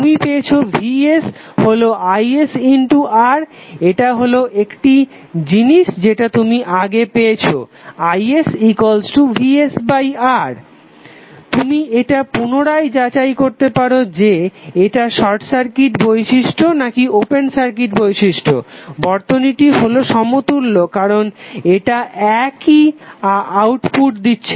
তুমি পেয়েছো vs হলো isR এটা হলো একটি জিনিস যেটা তুমি আগে পেয়েছো isvsR তুমি এটা পুনরায় যাচাই করতে পারো যে এটা শর্ট সার্কিট বৈশিষ্ট্য নাকি ওপেন সার্কিট বৈশিষ্ট্য বর্তনীটি হলো সমতুল্য কারণ এটা একই আউটপুট দিচ্ছে